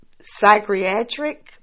psychiatric